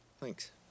Thanks